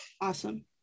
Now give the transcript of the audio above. awesome